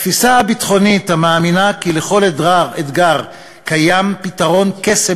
התפיסה הביטחונית המאמינה כי לכל אתגר קיים פתרון קסם